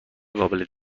قابل